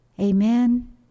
Amen